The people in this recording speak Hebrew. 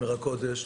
עיר הקודש,